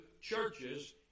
churches